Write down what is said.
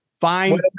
Find